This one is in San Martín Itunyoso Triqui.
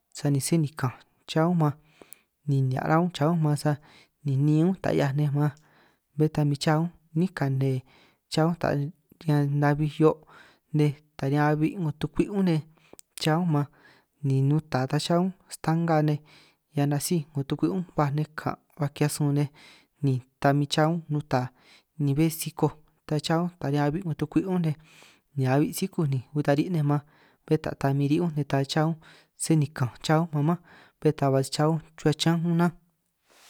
Sani sé tikanj cha únj man ni nihia' rá únj cha únj man sani níin únj ta 'hiaj nej man, bé ta min chaj únj 'nín kane chá únj ta riñan nabij hio' nej ta riñan abi' 'ngo tukwi' únj nej, cha únj man ni nuta ta chaj únj sta'nga nej ñan nasíj 'ngo tukwi' únj baj nej kan', baj ki'hiaj sun nej ni ta min cha únj nuta ni bé sikoj ta cha únj ta abi tukwi' únj nej, ni abi' sikúj ni hiuj ta ri' nej man bé ta ta min ri' únj nej ta cha únj, sé nikanj cha ún man manj, bé ta ba si cha únj ruhua chiñán únj nánj.